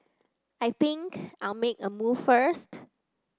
I think I'll make a move first